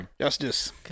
Justice